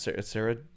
sarah